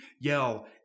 yell